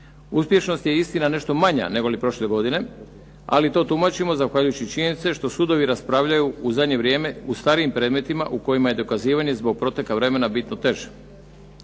Uspješnost je istina nešto manja negoli prošle godine, ali to tumačimo zahvaljujući činjenici što sudovi raspravljaju u zadnje vrijeme u starijim predmetima u kojima je dokazivanje zbog proteka vremena bitno teže.